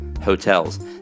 hotels